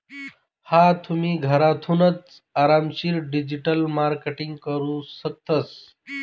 हा तुम्ही, घरथूनच आरामशीर डिजिटल मार्केटिंग करू शकतस